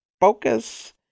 focus